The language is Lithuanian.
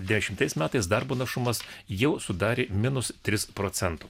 devyniasdešimtais metais darbo našumas jau sudarė minus tris procento